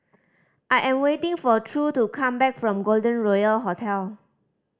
I am waiting for True to come back from Golden Royal Hotel